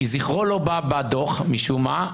כי זכרו לא בא בדוח משום מה,